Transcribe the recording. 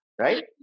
right